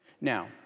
Now